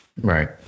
Right